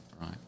right